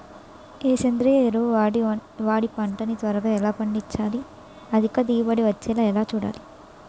ఏ సేంద్రీయ ఎరువు వాడి పంట ని త్వరగా ఎలా పండించాలి? అధిక దిగుబడి వచ్చేలా ఎలా చూడాలి?